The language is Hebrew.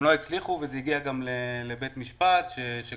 הם לא הצליחו וזה הגיע גם לבית המשפט שקבע